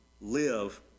live